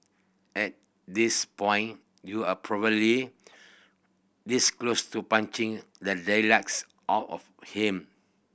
at this point you're probably this close to punching the daylights out of him